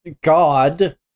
God